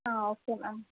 okay ma'am